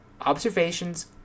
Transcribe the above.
observations